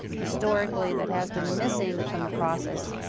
historically, that has been missing from the process